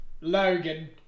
Logan